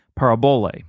Parabole